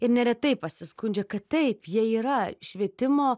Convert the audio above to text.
ir neretai pasiskundžia kad taip jie yra švietimo